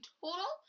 total